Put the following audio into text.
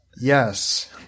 Yes